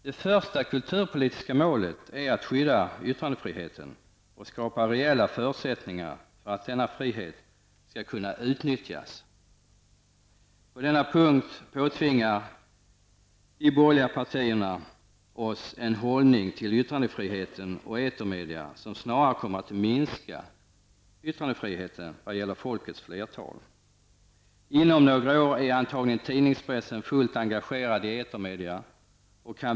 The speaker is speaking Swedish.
Det första kulturpolitiska målet är att skydda yttrandefriheten och att skapa reella förutsättningar för att denna frihet skall kunna utnyttjas. På den punkten påtvingar de borgerliga partierna oss en hållning till yttrandefriheten och etermedia som snarare kommer att innebära en minskning av yttrandefriheten vad gäller flertalet människor. Inom några år kommer tidningspressen antagligen att vara fullt engagerad i etermedia.